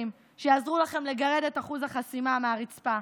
שיעזרו לכם לגרד את אחוז החסימה מהרצפה.